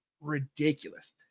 ridiculous